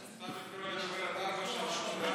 השר מתכוון לדבר עד 16:00?